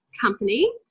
company